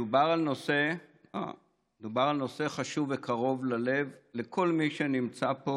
מדובר על נושא חשוב וקרוב ללב לכל מי שנמצא פה.